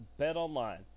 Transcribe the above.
BetOnline